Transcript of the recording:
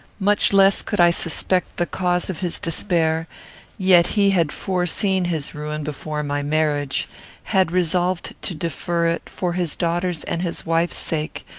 much less could i suspect the cause of his despair yet he had foreseen his ruin before my marriage had resolved to defer it, for his daughter's and his wife's sake,